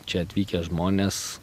čia atvykę žmonės